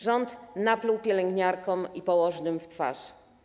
Rząd napluł pielęgniarkom i położnym w twarz.